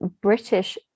British